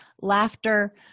Laughter